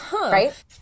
Right